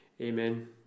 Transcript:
Amen